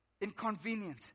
Inconvenient